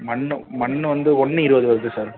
மண்ணும் மண் வந்து ஒன்று இருபது வருது சார்